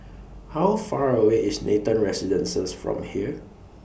How Far away IS Nathan Residences from here